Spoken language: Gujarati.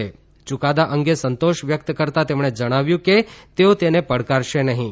યુકાદા અંગે સંતોષ વ્યક્ત કરતા તેમણે જણાવ્યું કે તેઓ તેને પડકારશે નહીં